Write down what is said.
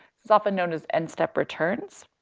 it's often known as n-step returns.